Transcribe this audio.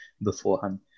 beforehand